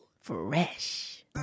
Fresh